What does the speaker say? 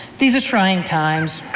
these are trying times.